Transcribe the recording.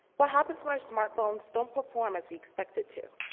what happens when our smartphones don't perform as we expect it to?